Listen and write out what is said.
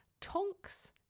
Tonks